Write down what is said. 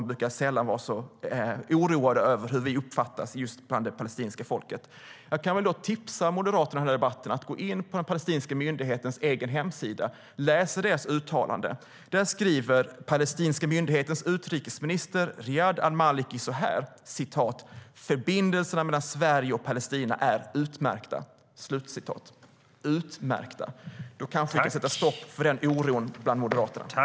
Man brukar sällan vara så oroade över hur vi uppfattas just av det palestinska folket. Jag kan tipsa moderaterna i den här debatten om att gå in på den palestinska myndighetens egen hemsida och läsa deras uttalande. Där skriver den palestinska myndighetens utrikesminister Riyad al-Maliki: Förbindelserna mellan Sverige och Palestina är utmärkta. "Utmärkta." Med det kanske vi kan sätta stopp för denna oro bland Moderaterna.